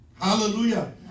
Hallelujah